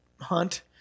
hunt